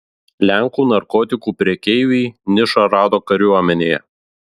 lenkų narkotikų prekeiviai nišą rado kariuomenėje